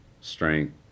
strength